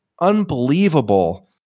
unbelievable